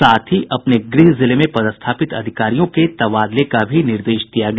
साथ ही अपने गृह जिले में पदस्थापित अधिकारियों के तबादले का भी निर्देश दिया गया